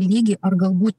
lygį ar galbūt